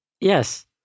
Yes